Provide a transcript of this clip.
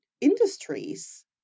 industries